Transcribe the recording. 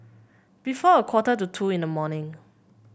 before a quarter to two in the morning